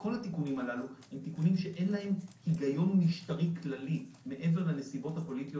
שכל התיקונים הללו אין להם היגיון משטרי כללי מעבר לנסיבות הפוליטיות